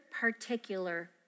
particular